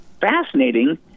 fascinating